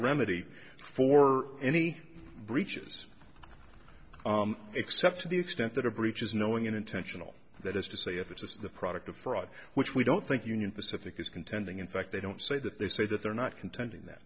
remedy for any breaches except to the extent that a breach is knowing an intentional that is to say if it is the product of fraud which we don't think union pacific is contending in fact they don't say that they say that they're not contending th